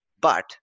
But-